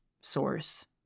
source